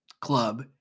club